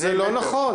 זה לא נכון.